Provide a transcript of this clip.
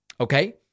Okay